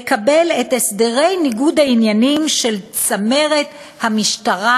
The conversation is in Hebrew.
לקבל את הסדרי ניגוד העניינים של צמרת המשטרה,